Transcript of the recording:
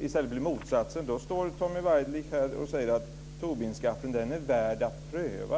i stället bli motsatsen, står Tommy Waidelich här och säger att Tobinskatten är värd att pröva.